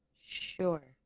sure